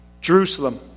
Jerusalem